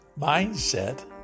mindset